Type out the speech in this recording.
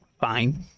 Fine